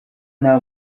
nta